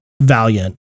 Valiant